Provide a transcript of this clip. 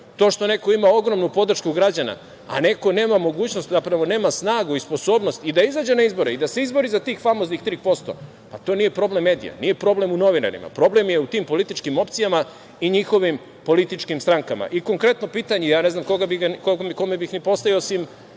To što neko ima ogromnu podršku građana, a neko nema mogućnost, zapravo nema snagu i sposobnost i da izađe na izbore i da se izbori za tih famoznih 3%, pa to nije problem medija, nije problem u novinarima, problem je u tim političkim opcijama i njihovim političkim strankama. Konkretno pitanje, ja ne znam kome bih ga postavio, osim